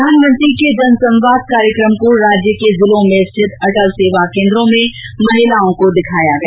प्रधानमंत्री के जन संवाद कार्यक्रम को राज्य के जिलों में स्थित अटल सेवा केन्द्रों में ग्रामीण महिलाओं को दिखाया गया